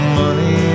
money